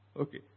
Okay